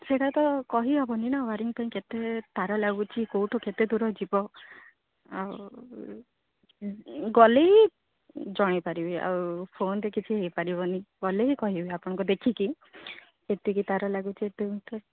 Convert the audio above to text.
ସେଇଟା ତ କହିହେବନି ନା ୱାରିଙ୍ଗ ପାଇଁ କେତେ ତାର ଲାଗୁଛିି କୋଉଠୁ କେତେ ଦୂର ଯିବ ଆଉ ଗଲେ ହିଁ ଜାଣିପାରିବି ଆଉ ଫୋନ୍ରେ କିଛି ହୋଇପାରିବନି ଗଲେ ବି କହିବି ଆପଣଙ୍କୁ ଦେଖିକି ଏତିକି ତାର ଲାଗୁଛି ଏତେ